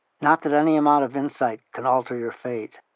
not that any amount of insight could alter your fate.